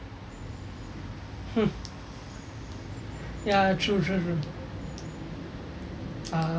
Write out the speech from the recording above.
hmm ya true true true ah